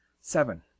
Seven